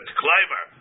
climber